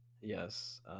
yes